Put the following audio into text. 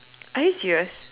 are you serious